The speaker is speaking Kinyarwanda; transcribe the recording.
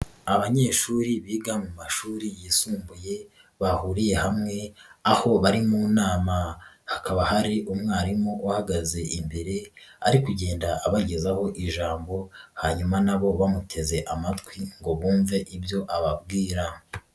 Abanyeshuri biga mu mashuri yisumbuye bahuriye hamwe aho bari mu nama, hakaba hari umwarimu uhagaze imbere ari kugenda abagezaho ijambo hanyuma na bo bamuteze amatwi ngo bumve ibyo ababwira.